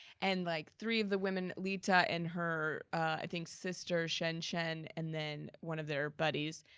and like three of the women, leetah and her i think sister, shenshen, and then one of their buddies,